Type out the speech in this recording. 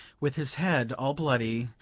with his head all bloody,